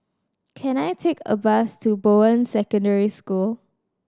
can I take a bus to Bowen Secondary School